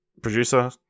producer